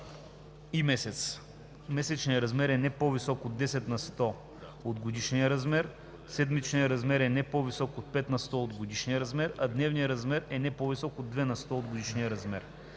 и месец. Месечният размер е не по-висок от 10 на сто от годишния размер, седмичният размер – не по-висок от 5 на сто от годишния размер, а дневният размер – не по-висок от 2 на сто от годишния размер.